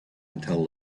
until